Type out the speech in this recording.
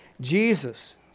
Jesus